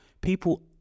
People